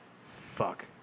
fuck